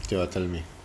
so what you want tell me